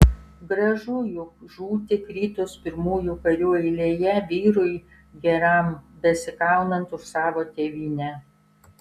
gražu juk žūti kritus pirmųjų karių eilėje vyrui geram besikaunant už savo tėvynę